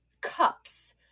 cups